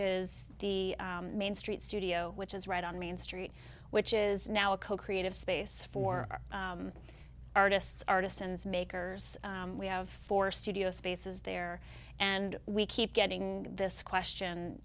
is the main street studio which is right on main street which is now a co creative space for our artists artisans makers we have four studio spaces there and we keep getting this question